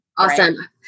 Awesome